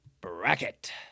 bracket